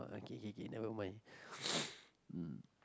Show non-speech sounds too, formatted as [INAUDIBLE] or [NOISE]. okay K K K never mind [NOISE] mm